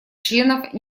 членов